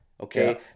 Okay